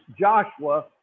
Joshua